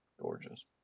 gorgeous